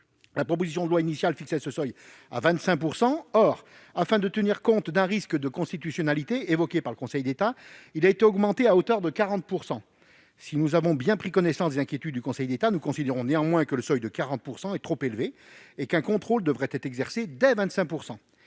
La proposition de loi initiale fixait ce seuil à 25 % des droits de vote ; afin de tenir compte d'un risque d'inconstitutionnalité relevé par le Conseil d'État, il a été augmenté à hauteur de 40 %. Si nous avons bien pris connaissance des inquiétudes du Conseil d'État, nous considérons néanmoins que ce seuil de 40 % est trop élevé et qu'un contrôle devrait être exercé dès 25 %.